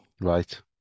Right